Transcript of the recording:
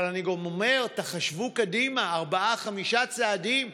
אבל אני גם אומר: תחשבו קדימה ארבעה-חמישה צעדים.